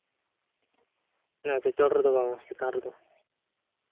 ᱟᱪᱪᱷᱟ ᱪᱚᱴ ᱨᱮᱫᱚ ᱵᱟᱝᱟ ᱪᱮᱛᱟᱱ ᱨᱮᱫᱚ